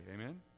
Amen